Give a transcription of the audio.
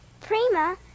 Prima